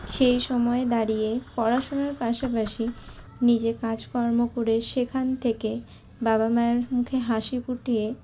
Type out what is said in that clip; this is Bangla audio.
সেই সময় দাঁড়িয়ে পড়াশোনার পাশাপাশি নিজে কাজকর্ম করে সেখান থেকে বাবা মায়ের মুখে হাসি ফুটিয়ে